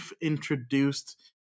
introduced